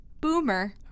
Boomer